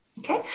Okay